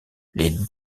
les